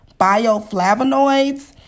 bioflavonoids